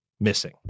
missing